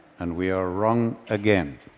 and we are wrong again.